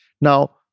Now